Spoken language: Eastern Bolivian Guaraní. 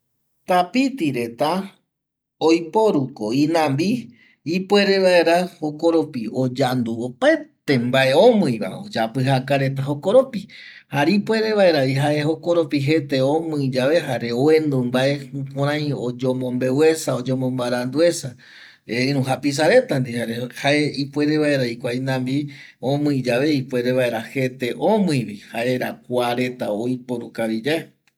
Tapiti reta oiporuko inambi ipuere vaera jokoropi oyandu opaete mbae omƚiva oyapƚjaka reta jokoropi ipuere vaeravi jae jete omƚi yae jare oendu mbae jukurai oyomombeu, oyomomaranduesa iru japisa reta ndie jae ipuere varavi kua inambi omƚi yave ipuere vaera jete omƚivi jaera kua reta oiporu kavi yae